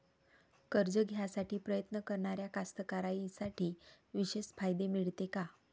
कर्ज घ्यासाठी प्रयत्न करणाऱ्या कास्तकाराइसाठी विशेष फायदे मिळते का?